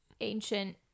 ancient